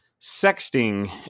sexting